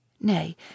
Nay